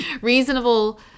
Reasonable